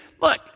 look